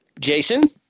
Jason